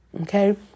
okay